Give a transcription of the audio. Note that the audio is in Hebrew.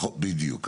בדיוק.